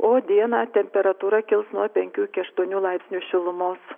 o dieną temperatūra kils nuo penkių iki aštuonių laipsnių šilumos